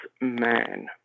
man